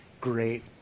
great